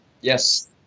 Yes